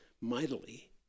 mightily